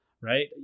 Right